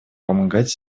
помогать